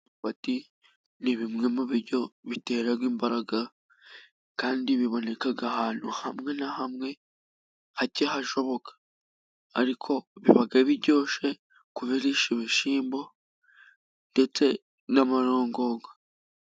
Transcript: Imyumbati ni bimwe mu biryo bitera imbaraga kandi biboneka ahantu hamwe na hamwe hake hashoboka, ariko biba biryoshe kubirisha ibishimbo ndetse n'amarongoga.